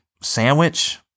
sandwich